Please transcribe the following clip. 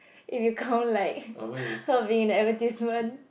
if you count like her being in the advertisement